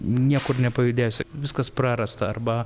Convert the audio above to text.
niekur nepajudėsi viskas prarasta arba